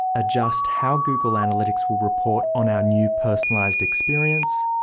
adjust how google analytics will report on our new personalized experience,